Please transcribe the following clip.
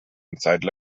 inside